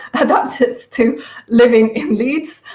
and adapted to living in leeds,